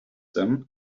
them